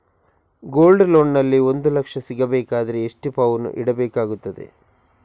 Gold loan ನಲ್ಲಿ ಒಂದು ಲಕ್ಷ ಸಿಗಬೇಕಾದರೆ ಎಷ್ಟು ಪೌನು ಇಡಬೇಕಾಗುತ್ತದೆ?